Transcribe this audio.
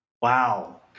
Wow